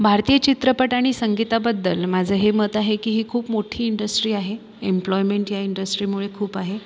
भारतीय चित्रपट आणि संगीताबद्दल माझं हे मत आहे की ही खूप मोठी इंडस्ट्री आहे एम्प्लॉयमेंट या इंडस्ट्रीमुळे खूप आहे